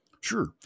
Sure